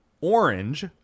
orange